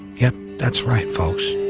yup, that's right, folks.